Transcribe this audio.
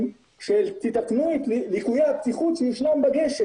שיתקנו את ליקויי הבטיחות שישנם בגשר.